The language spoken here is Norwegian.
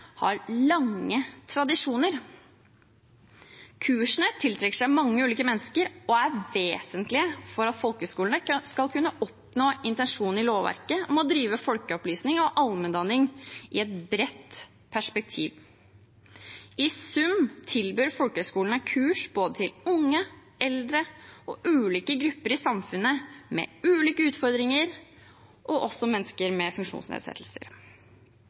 har lange tradisjoner. Kursene tiltrekker seg mange ulike mennesker og er vesentlige for at folkehøgskolene skal kunne oppnå intensjonen i lovverket om å drive folkeopplysning og allmenndanning i et bredt perspektiv. I sum tilbyr folkehøgskolene kurs både til unge, eldre og ulike grupper i samfunnet, med ulike utfordringer, og til mennesker med ulike funksjonsnedsettelser.